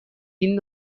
این